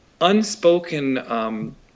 unspoken